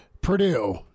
Purdue